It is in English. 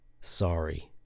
sorry